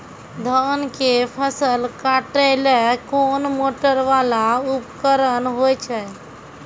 धान के फसल काटैले कोन मोटरवाला उपकरण होय छै?